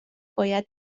باید